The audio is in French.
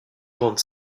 grandes